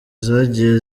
zagiye